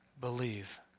believe